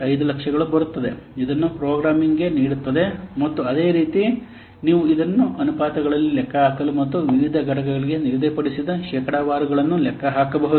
5 ಲಕ್ಷಗಳು ಬರುತ್ತದೆ ಇದನ್ನು ಪ್ರೋಗ್ರಾಮಿಂಗ್ಗೆ ನೀಡುತ್ತದೆ ಮತ್ತು ಅದೇ ರೀತಿ ನೀವು ಇದನ್ನು ಅನುಪಾತಗಳನ್ನು ಲೆಕ್ಕಹಾಕಲು ಮತ್ತು ವಿವಿಧ ಘಟಕಗಳಿಗೆ ನಿಗದಿಪಡಿಸಿದ ಶೇಕಡಾವಾರುಗಳನ್ನು ಲೆಕ್ಕ ಹಾಕಬೇಕು